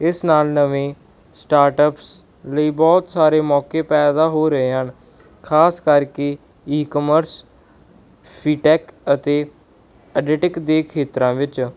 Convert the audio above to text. ਇਸ ਨਾਲ ਨਵੇਂ ਸਟਾਰਟਅਪਸ ਲਈ ਬਹੁਤ ਸਾਰੇ ਮੌਕੇ ਪੈਦਾ ਹੋ ਰਹੇ ਹਨ ਖਾਸ ਕਰਕੇ ਈ ਕਮਰਸ ਫੀਟੈਕ ਅਤੇ ਐਡਿਟਿਕ ਦੇ ਖੇਤਰਾਂ ਵਿੱਚ